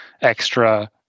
extra